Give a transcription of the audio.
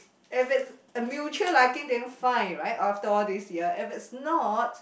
if it's there's a mutual liking then fine right after all this year if it's not